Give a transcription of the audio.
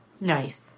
Nice